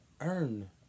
earn